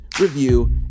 review